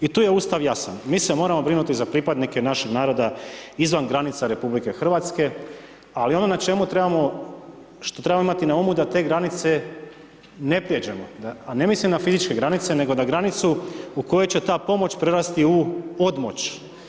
I tu je Ustav jasan, mi se moramo brinuti za pripadnike našeg naroda izvan granica Republike Hrvatske, ali ono na čemu trebamo, što trebamo imati na umu, da te granice ne prijeđemo, a ne mislim na fizičke granice, nego na granicu u kojoj će ta pomoć prerasti u odmoć.